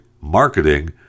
marketing